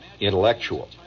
intellectual